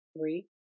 Three